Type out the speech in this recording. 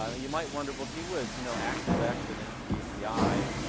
and you might wonder, well, gee whiz, you know, activex and npapi,